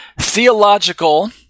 theological